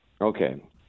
Okay